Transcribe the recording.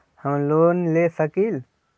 हम लोन ले सकील?